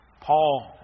Paul